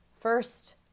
first